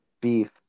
beef